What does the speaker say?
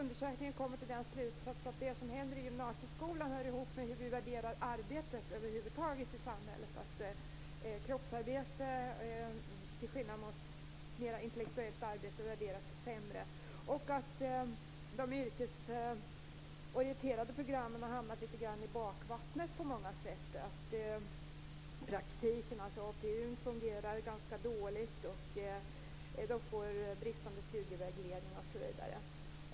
Undersökningen kommer till slutsatsen att det som händer i gymnasieskolan hör ihop med hur vi värderar arbete över huvud taget i samhället, dvs. att kroppsarbete värderas lägre än mer intellektuellt arbete. De yrkesorienterade programmen har också hamnat lite grann i bakvattnet på många sätt. Praktiken, dvs. APU:n, fungerar ganska dåligt, eleverna får bristande studievägledning osv.